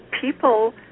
people